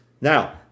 Now